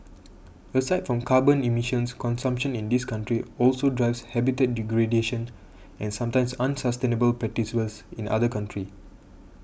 aside from carbon emissions consumption in these countries also drives habitat degradation and sometimes unsustainable practices in other countries